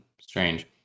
strange